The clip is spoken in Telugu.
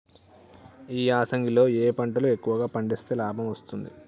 ఈ యాసంగి లో ఏ పంటలు ఎక్కువగా పండిస్తే లాభం వస్తుంది?